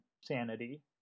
sanity